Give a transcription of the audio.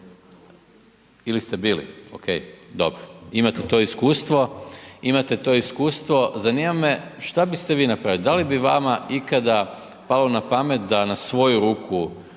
Imate to iskustvo, imate to iskustvo, zanima me šta biste vi napravili da li bi vama ikada palo na pamet da na svoju ruku